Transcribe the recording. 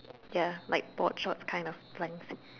ya like board shorts kind of length